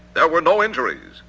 there were no injuries,